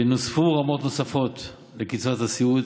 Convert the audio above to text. נוספו רמות לקצבת הסיעוד.